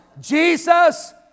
Jesus